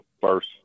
first